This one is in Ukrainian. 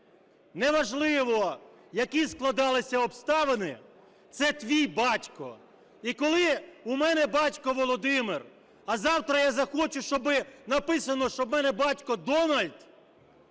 неважливо, які складалися обставини, це твій батько. І коли у мене батько Володимир, а завтра я захочу, щоби написано, що в мене батько Дональд